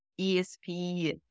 ESP